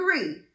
agree